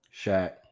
Shaq